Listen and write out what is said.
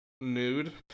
Nude